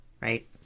right